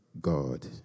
God